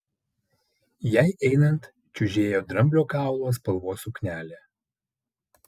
jai einant čiužėjo dramblio kaulo spalvos suknelė